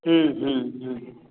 हूँ हूँ हूँ